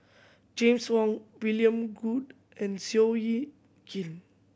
James Wong William Goode and Seow Yit Kin